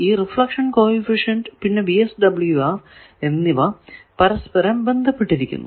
ഈ reflection coefficient പിന്നെ VSWR എന്നിവ പരസ്പരം ബന്ധപ്പെട്ടിരിക്കുന്നു